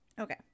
Okay